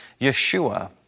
Yeshua